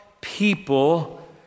people